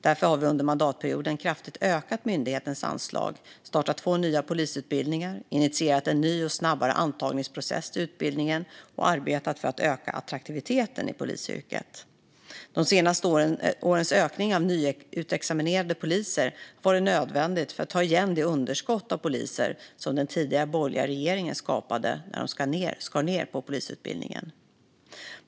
Därför har vi under mandatperioden kraftigt ökat myndighetens anslag, startat två nya polisutbildningar, initierat en ny, snabbare antagningsprocess till utbildningen och arbetat för att öka attraktiviteten i polisyrket. De senaste årens ökning av nyexaminerade poliser har varit nödvändig för att ta igen det underskott av poliser som den tidigare borgerliga regeringen skapade när de skar ned på polisutbildningen.